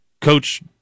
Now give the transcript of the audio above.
Coach